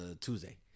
tuesday